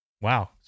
wow